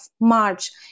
March